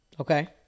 Okay